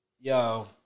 Yo